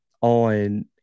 on